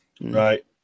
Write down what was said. Right